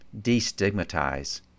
destigmatize